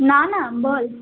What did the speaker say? না না বল